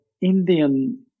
Indian